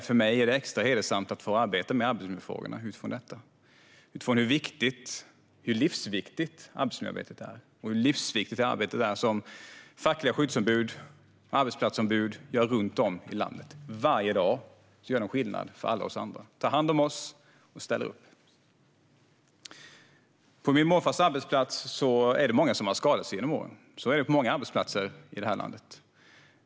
För mig är det extra hedersamt att få arbeta med arbetsmiljöfrågorna utifrån detta, utifrån hur livsviktigt arbetsmiljöarbetet är och hur livsviktigt arbetet är som fackliga skyddsombud och arbetsplatsombud gör runt om i landet. Varje dag gör de skillnad för alla oss andra, tar hand om oss och ställer upp. På min morfars arbetsplats är det många som har skadat sig genom åren. Så är det på många arbetsplatser här i landet.